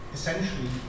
essentially